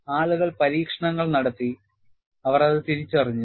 ആളുകൾ പരീക്ഷണങ്ങൾ നടത്തി അവർ ഇത് തിരിച്ചറിഞ്ഞു